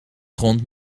grond